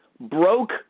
broke